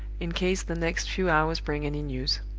in case the next few hours bring any news.